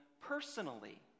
personally